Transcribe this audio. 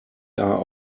are